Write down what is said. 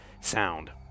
sound